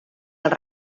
els